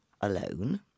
alone